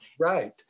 Right